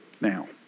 now